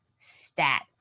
stat